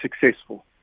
successful